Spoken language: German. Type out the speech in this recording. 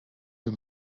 wir